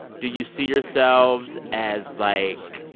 do you see yourselves as, like,